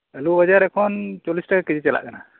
ᱟᱞᱩ ᱵᱟᱡᱟᱨ ᱮᱠᱷᱚᱱ ᱪᱚᱞᱞᱤᱥ ᱴᱟᱠᱟ ᱠᱮᱡᱤ ᱪᱟᱞᱟᱜ ᱠᱟᱱᱟ